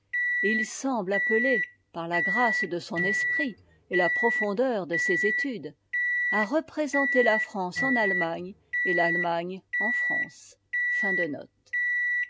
il semble appelé par la grâce de son esprit et la profondeur de ses études à représenter la france en allemagne et l'allemagne en france